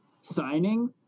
signing